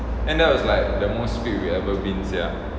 and that was like the most fit we ever been sia